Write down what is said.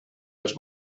els